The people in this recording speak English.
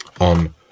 on